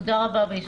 תודה רבה ויישר כוח.